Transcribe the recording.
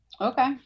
Okay